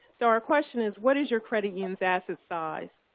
so our question is, what is your credit union's asset size?